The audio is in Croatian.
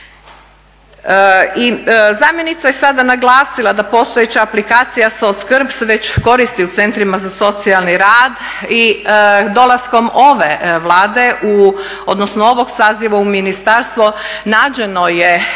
I zamjenica je sada naglasila da postojeća aplikacija SOCSKRB se već koristi u centrima za socijalni rad i dolaskom ove Vlade, odnosno ovog saziva u ministarstvu nađeno je,